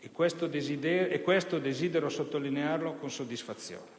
e questo desidero sottolinearlo con soddisfazione.